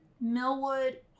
Millwood